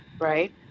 right